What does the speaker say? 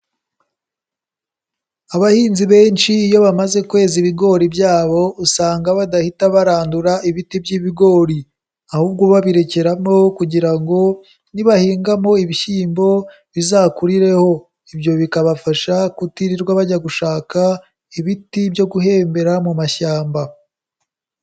Abahinzi benshi iyo bamaze kweza ibigori byabo, usanga badahita barandura ibiti by'ibigori, ahubwo babirekeramo kugira ngo nibahingamo ibishyimbo bizakurireho. Ibyo bikabafasha kutirirwa bajya gushaka ibiti byo guhembera mu mashyamba.